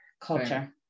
culture